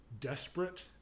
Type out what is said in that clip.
desperate